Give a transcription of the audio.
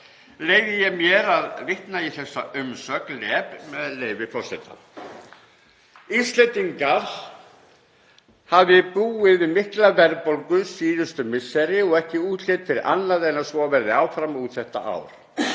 Leyfi ég mér að vitna í þessa umsögn LEB, með leyfi forseta: „Íslendingar hafi búið við mikla verðbólgu síðustu misseri og útlit fyrir að svo verði áfram út þetta ár.